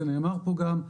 זה נאמר פה גם,